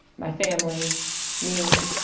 my family me,